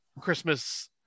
Christmas